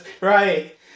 Right